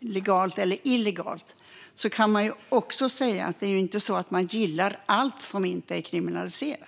legalt eller illegalt är det inte så att man gillar allt som inte är kriminaliserat.